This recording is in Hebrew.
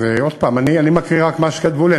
אז עוד פעם, אני מקריא רק מה שכתבו לי.